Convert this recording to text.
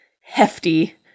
hefty